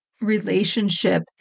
relationship